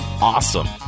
awesome